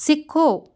ਸਿੱਖੋ